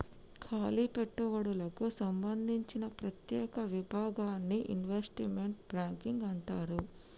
కాలి పెట్టుబడులకు సంబందించిన ప్రత్యేక విభాగాన్ని ఇన్వెస్ట్మెంట్ బ్యాంకింగ్ అంటారు